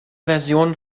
versionen